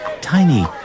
tiny